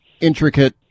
intricate